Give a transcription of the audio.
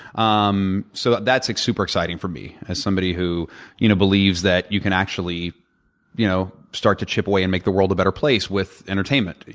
um so that's super exciting for me as somebody who you know believes that you can actually you know start to chip away and make the world a better place with entertainment.